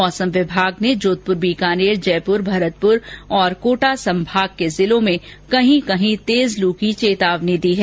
मौसम विभाग ने जोधपुर बीकानेर जयपुर भरतपुर और कोटा संभाग के जिलों में कही कही तेज ल की चेतावनी दी है